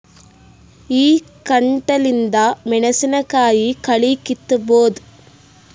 ಈ ಕಂಟಿಲಿಂದ ಮೆಣಸಿನಕಾಯಿ ಕಳಿ ಕಿತ್ತಬೋದ?